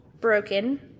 Broken